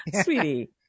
Sweetie